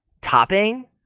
topping